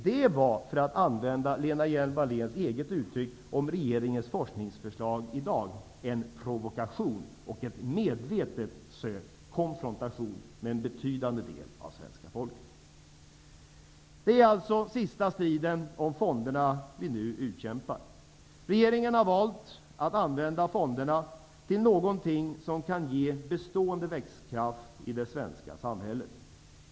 Det var, för att använda Lena Hjelm-Walléns eget uttryck om regeringens forskningsförslag i dag, en provokation och en medvetet sökt konfrontation med en betydande del av svenska folket. Det är alltså sista striden om fonderna vi nu utkämpar. Regeringen har valt att använda fonderna till någonting som kan ge bestående växtkraft i det svenska samhället.